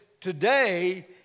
today